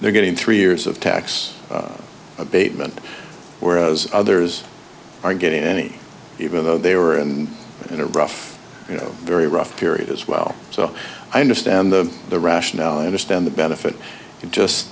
they're getting three years of tax abatement whereas others aren't getting any even though they were and in a rough you know very rough period as well so i understand the rationale i understand the benefit it just